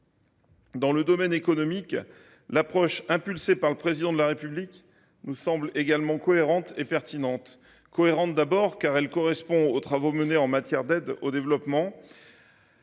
Dans le domaine économique, l’approche impulsée par le Président de la République nous semble également cohérente et pertinente. Cohérente, tout d’abord, car elle correspond aux travaux menés en matière d’aide au développement,